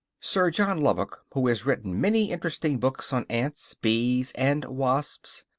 sir john lubbock, who has written many interesting books on ants, bees, and wasps,